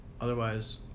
Otherwise